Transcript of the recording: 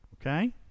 Okay